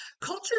Culture